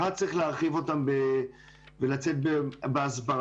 אחד צריך להרחיב אותן ולצאת בהסברה,